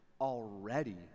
already